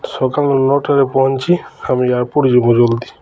ସକାଳୁ ନଅଟାରେ ପହଞ୍ଚି ଆମ ଏୟାରପୋର୍ଟ ଯିବୁ ଜଲ୍ଦି